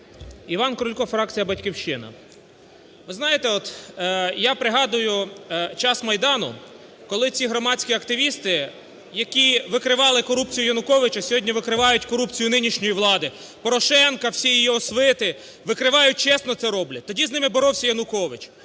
Іван Крулько, фракція "Батьківщина". Ви знаєте, от, я пригадую, час Майдану, коли ці громадські активісти, які викривали корупцію Януковича, сьогодні викривають корупцію нинішньої влади – Порошенка, всієї його свити – викривають, чесно це роблять. Тоді з ними боровся Янукович.